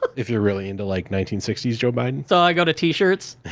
if you're really into, like, nineteen sixty s joe biden. so, i go to t-shirts.